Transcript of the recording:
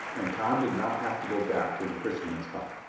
and tom did not have to go back to the fisherman's hut.